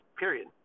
period